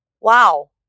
wow